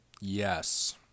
Yes